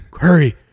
hurry